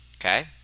Okay